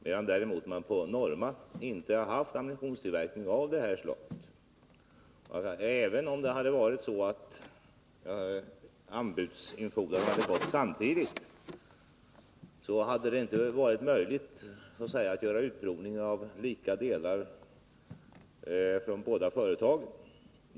På Norma har man däremot inte tillverkat ammunition av det här slaget. Även om anbudsinfordrandet hade gått samtidigt, hade det inte varit möjligt att göra en utprovning av lika delar från båda företagen.